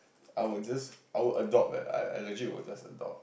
I would just I would adopt eh I I legit would just adopt